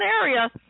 area